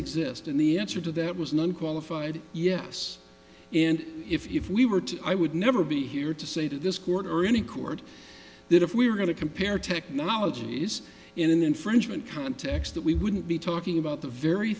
exist and the answer to that was none qualified yes and if we were to i would never be here to say to this court or any court that if we are going to compare technologies in an infringement context that we wouldn't be talking about the very